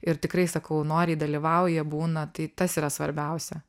ir tikrai sakau noriai dalyvauja būna tai tas yra svarbiausia